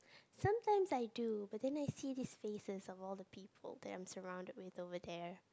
sometimes I do but then I see these faces of all the people that I'm surrounded with over there